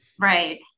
Right